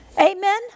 Amen